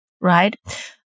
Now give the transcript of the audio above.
right